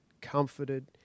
comforted